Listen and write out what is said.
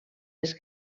les